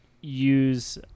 use